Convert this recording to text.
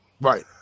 Right